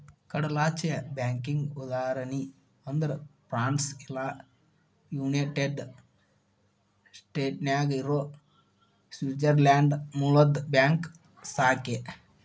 ಕಡಲಾಚೆಯ ಬ್ಯಾಂಕಿಗಿ ಉದಾಹರಣಿ ಅಂದ್ರ ಫ್ರಾನ್ಸ್ ಇಲ್ಲಾ ಯುನೈಟೆಡ್ ಸ್ಟೇಟ್ನ್ಯಾಗ್ ಇರೊ ಸ್ವಿಟ್ಜರ್ಲ್ಯಾಂಡ್ ಮೂಲದ್ ಬ್ಯಾಂಕ್ ಶಾಖೆ